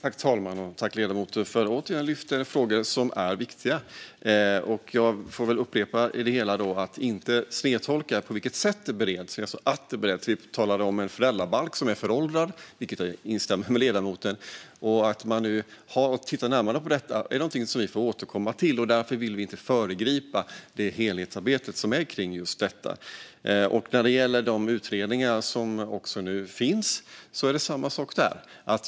Herr talman! Jag vill tacka för att ledamoten återigen lyfter frågor som är viktiga. Jag får väl upprepa, för att det inte ska snedtolkas, att jag inte sa på vilket sätt det bereds. Jag sa att det bereds. Vi talade om en föräldrabalk som är föråldrad, och jag instämmer med ledamoten i det. Man tittar nu närmare på detta, och det är någonting som vi får återkomma till. Vi vill därför inte föregripa det helhetsarbete som pågår kring detta. När det gäller de utredningar som finns är det samma sak där.